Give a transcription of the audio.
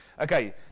Okay